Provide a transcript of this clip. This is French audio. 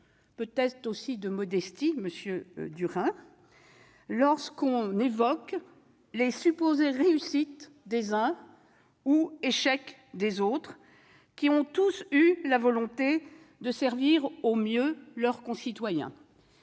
peut-être aussi de modestie, monsieur Durain -lorsque l'on évoque les supposées réussites des uns ou les échecs des autres, car ils ont tous eu la volonté de servir au mieux leurs concitoyens.